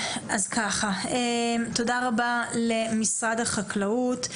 תודה רבה למשרד החקלאות.